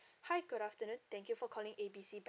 hi good afternoon thank you for calling A B C bank